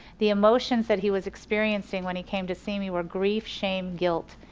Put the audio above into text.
the emotions that he was experiencing when he came to see me were grief, shame, guilt.